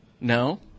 No